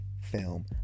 film